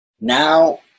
now